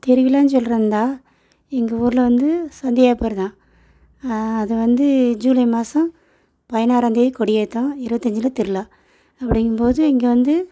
திருவிழான்னு சொல்கிறதாருந்தா எங்கள் ஊரில் வந்து சந்தியாப்பர் தான் தான் அது வந்து ஜூலை மாதம் பதினாறாம் தேதி கொடியேற்றம் இருபத்தி அஞ்சில் திருவிழா அப்படிங்கும் போது இங்கே வந்து